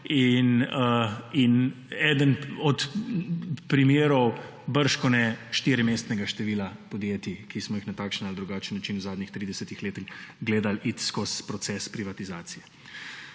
eden od primerov bržkone štirimestnega števila podjetij, ki smo jih na takšen ali drugačen način v zadnjih 30 letih gledali iti skozi proces privatizacije.